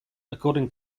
according